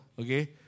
Okay